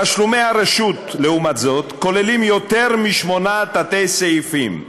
תשלומי הרשות כוללים יותר משמונה תת-סעיפים,